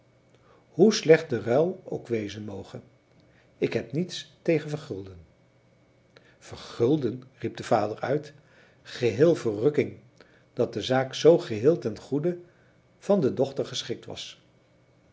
hoe slecht de ruil ook wezen moge ik heb niets tegen vergulden vergulden riep de vader uit geheel verrukking dat de zaak zoo geheel ten genoegen van de dochter geschikt was